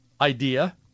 idea